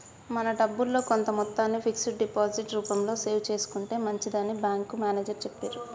మన డబ్బుల్లో కొంత మొత్తాన్ని ఫిక్స్డ్ డిపాజిట్ రూపంలో సేవ్ చేసుకుంటే మంచిదని బ్యాంకు మేనేజరు చెప్పిర్రు